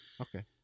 Okay